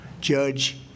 Judge